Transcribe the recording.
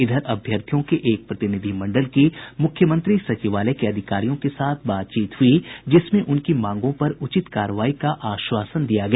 इधर अभ्यर्थियों के एक प्रतिनिधि मंडल की मुख्यमंत्री सचिवालय के अधिकारियों के साथ बातचीत हुई जिसमें उनकी मांगों पर उचित कार्रवाई का आश्वासन दिया गया